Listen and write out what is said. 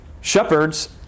Shepherds